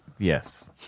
Yes